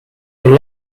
you